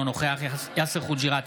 אינו נוכח יאסר חוג'יראת,